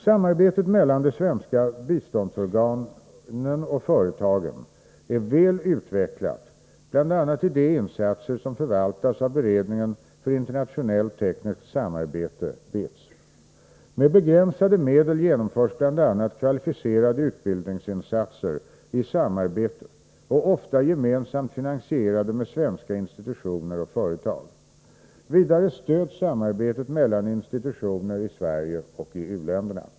Samarbetet mellan svenska biståndsorgan och företag är väl utvecklat bl.a. i de insatser som förvaltas av beredningen för internationellt tekniskt samarbete, BITS. Med begränsade medel genomförs bl.a. kvalificerade utbildningsinsatser i samarbete och ofta gemensamt finansierade med svenska institutioner och företag. Vidare stöds samarbetet mellan institutioner i Sverige och i u-länderna.